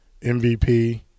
MVP